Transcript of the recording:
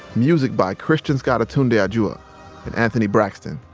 music by christian scott atunde yeah adjuah and anthony braxton.